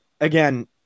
again